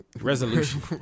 Resolution